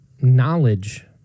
knowledge